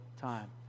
time